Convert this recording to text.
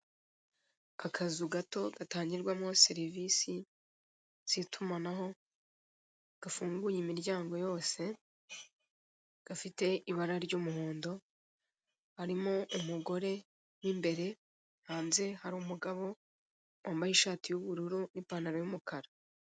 Akazu gato gatangirwamo serivisi z'itumanaho, gafunguye imiryango yose gafite ibara ry'umuhondo harimo umugore mo imbere hanze hari umugabo wambaye ishati y'ubururu n'ipantaro y'umukara.